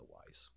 otherwise